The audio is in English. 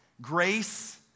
grace